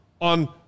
on